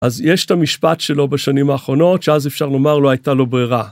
אז יש את המשפט שלו בשנים האחרונות שאז אפשר לומר לו הייתה לו ברירה.